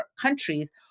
countries